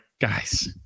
guys